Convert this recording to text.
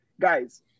guys